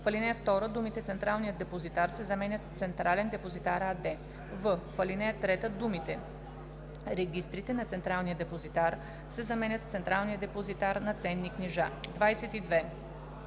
в ал. 2 думите „Централният депозитар“ се заменят с „Централен депозитар“ АД“; в) в ал. 3 думите „регистрите на Централния депозитар“ се заменят с „централния регистър на ценни книжа“. 22.